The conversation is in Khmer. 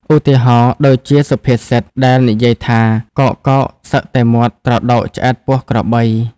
ឧទាហរណ៍ដូចជាសុភាពសិតដែលនិយាយថា កោកៗសឹកតែមាត់ត្រដោកឆ្អែតពោះក្របី។